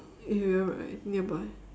area right nearby